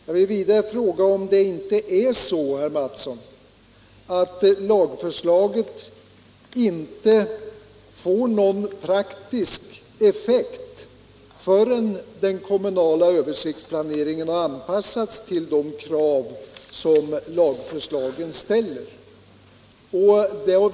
Jag vill vidare fråga om det inte är så, herr Mattsson, att lagförslagen inte får någon praktisk effekt förrän den kommunala översiktsplaneringen har anpassats till de krav som lagförslagen ställer.